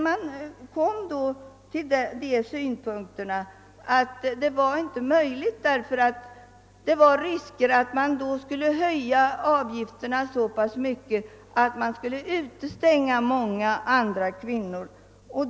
Man kom emellertid fram till att detta inte var möjligt, eftersom risker förelåg för en så stor höjning av avgifterna, att många andra kvinnor skulle bli utestängda.